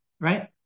Right